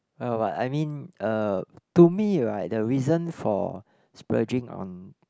well I mean uh to me right the reason for splurging on